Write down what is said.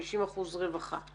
50% רווחה.